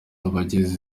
abagize